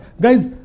Guys